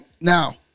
Now